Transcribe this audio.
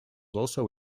also